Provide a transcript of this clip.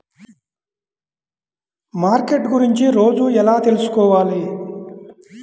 Market గురించి రోజు ఎలా తెలుసుకోవాలి?